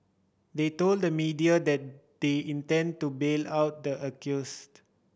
they told the media that they intend to bail out the accused